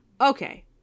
Okay